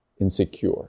insecure